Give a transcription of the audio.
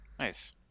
nice